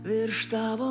virš tavo